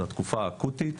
זו התקופה האקוטית.